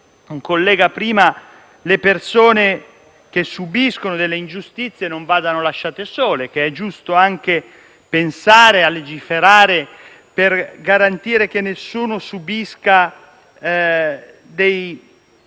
penso che le persone che subiscono delle ingiustizie non vadano lasciate sole, che è giusto anche pensare a legiferare per garantire che nessuno subisca dei